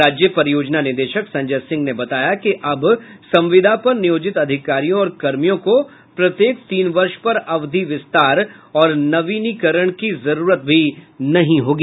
राज्य परियोजना निदेशक संजय सिंह ने बताया कि अब संविदा पर नियोजित अधिकारियों और कर्मियों का प्रत्येक तीन वर्ष पर अवधि विस्तार और नवीनीकरण की जरूरत भी नहीं होगी